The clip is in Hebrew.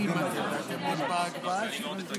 הפלא ופלא, אני ואתה, שנינו מאותו הכפר.